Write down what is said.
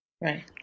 Right